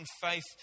faith